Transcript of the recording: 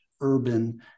urban